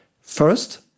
First